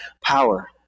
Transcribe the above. power